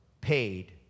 paid